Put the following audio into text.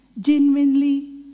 Genuinely